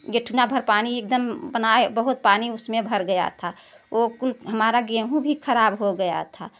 घुटना भर पानी एकदम बहुत पानी उसमें भर गया था वह कुल हमारा गेहूँ भी ख़राब हो गया था